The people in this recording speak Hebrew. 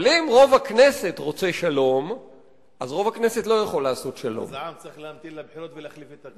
אם היא לא מאשרת לא הולכים.